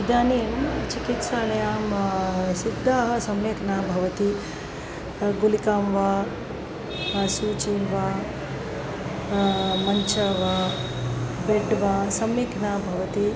इदानीं चिकित्सालयाः सिद्धाः सम्यक् न भवन्ति गुलिकां वा सूचिं वा मञ्चं वा बेड् वा सम्यक् न भवति